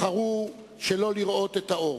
בחרו שלא לראות את האור.